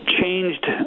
changed